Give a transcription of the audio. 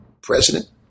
president